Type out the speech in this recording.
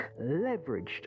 leveraged